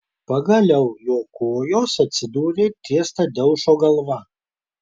pagaliau jo kojos atsidūrė ties tadeušo galva